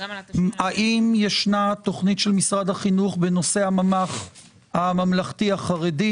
האם יש תוכנית של משרד החינוך בנושא הממ"ח - הממלכתי החרדי?